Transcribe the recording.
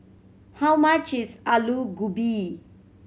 how much is Aloo Gobi